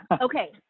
Okay